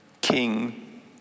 king